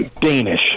Danish